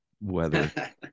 weather